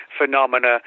phenomena